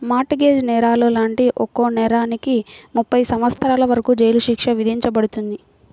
mart gauge నేరాలు లాంటి ఒక్కో నేరానికి ముప్పై సంవత్సరాల వరకు జైలు శిక్ష విధించబడుతుంది